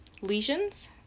lesions